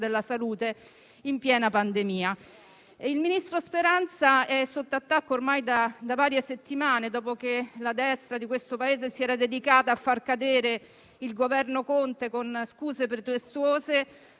della salute in piena pandemia. Il ministro Speranza è sotto attacco ormai da varie settimane; dopo che la destra di questo Paese si era dedicata a far cadere il Governo Conte con scuse pretestuose,